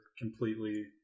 completely